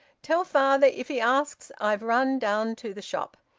tell father if he asks i've run down to the shop.